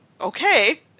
okay